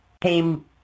came